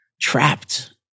trapped